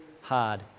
hard